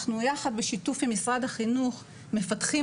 אנחנו יחד בשיתוף עם משרד החינוך מפתחים